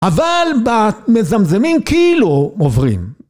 אבל ב... מזמזמים כאילו עוברים.